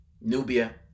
nubia